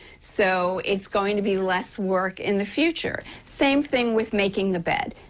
so it's going to be less work in the future. same thing with making the bed.